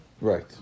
Right